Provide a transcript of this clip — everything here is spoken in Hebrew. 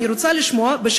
אני רוצה לשמוע עכשיו,